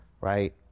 right